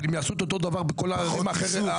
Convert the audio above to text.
אבל אם יעשו את אותו דבר בכל הערים האחרות,